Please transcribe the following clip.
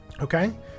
Okay